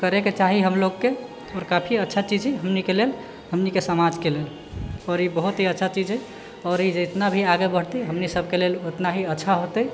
करयके चाही हमलोगकेँ आओर काफी अच्छा चीज छै हमनीके लेल हमनीके समाजके लेल आओर ई बहुत ही अच्छा चीज छै आओर ई जितना भी आगे बढ़तै हमनी सबके लेल ओतना ही अच्छा होतै